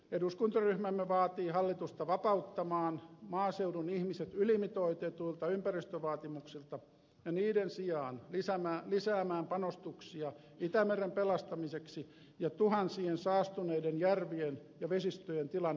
eduskuntaryhmämme vaatii hallitusta vapauttamaan maaseudun ihmiset ylimitoitetuilta ympäristövaatimuksilta ja niiden sijaan lisäämään panostuksia itämeren pelastamiseksi ja tuhansien saastuneiden järvien ja vesistöjen tilan parantamiseksi